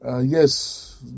Yes